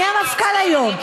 מי המפכ"ל היום?